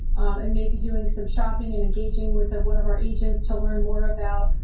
and maybe doing some shopping and engaging with one of our agents to learn more about,